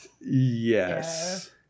Yes